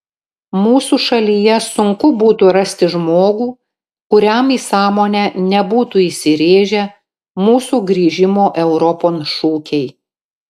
mūsų šalyje sunku būtų rasti žmogų kuriam į sąmonę nebūtų įsirėžę mūsų grįžimo europon šūkiai